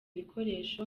bikoresho